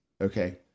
okay